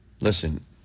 Listen